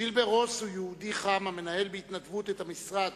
ז'ילבר רוס הוא יהודי חם, המנהל בהתנדבות את המשרד